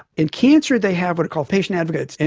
in cancer they have what are called patient advocates,